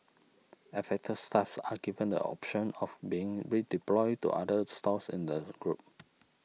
affected staff are given the option of being redeployed to other stores in the group